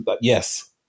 Yes